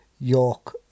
York